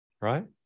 right